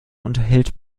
unterhält